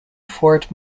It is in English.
fort